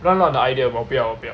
乱乱的 idea 我不要我不要